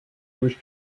was